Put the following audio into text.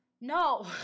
no